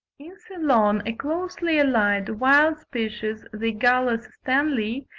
in ceylon a closely allied, wild species, the gallus stanleyi,